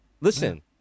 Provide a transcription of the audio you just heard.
listen